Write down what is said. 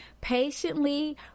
patiently